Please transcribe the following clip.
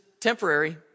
temporary